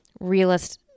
Realist